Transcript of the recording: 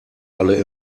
alle